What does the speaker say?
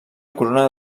corona